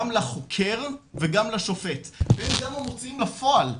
גם לחוקר וגם לשופט והם גם המוצאים לפועל,